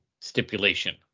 stipulation